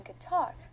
guitar